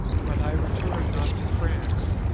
but i return not to france.